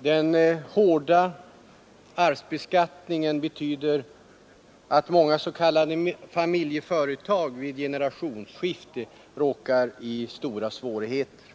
Herr talman! Den hårda arvsbeskattningen betyder att många s.k. familjeföretag vid generationsskifte råkar i stora svårigheter.